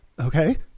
Okay